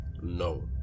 NO